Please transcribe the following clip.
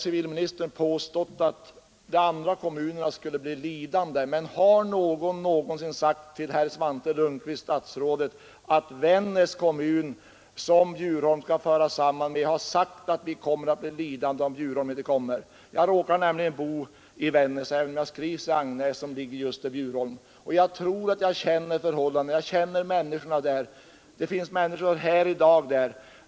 Civilministern har påstått att de andra kommunerna skulle bli lidande, när någon kommuna säger nej, men har någon någonsin sagt till statsrådet Svante Lundkvist att vi i Vännäs kommun, som Bjurholm skall föras samman med, tycker att vi kommer att bli lidande om Bjurholm inte kommer? Jag råkar nämligen nu bo i Vännäs, även om jag skrivs i Agnäs som ligger i Bjurholm. Jag tror att jag känner förhållandena. Jag känner människorna där — det finns människor här i dag därifrån.